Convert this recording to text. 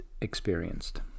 experienced